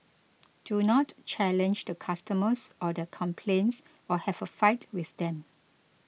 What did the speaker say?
do not challenge the customers or their complaints or have a fight with them